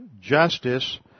justice